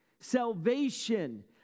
Salvation